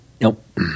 Nope